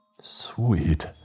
Sweet